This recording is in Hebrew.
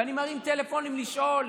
ואני מרים טלפונים לשאול,